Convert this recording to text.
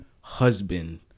husband